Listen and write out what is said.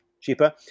cheaper